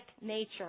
nature